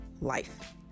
life